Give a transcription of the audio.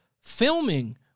filming